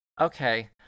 okay